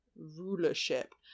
rulership